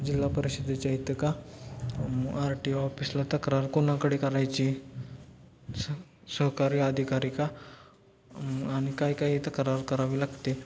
जिल्हा परिषदेच्या इथं का आर टी ओ ऑफिसला तक्रार कोणाकडे करायची स सहकारी आधिकारी का आणि काही काही तक्रार करावी लागते